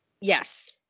Yes